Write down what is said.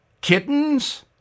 Kittens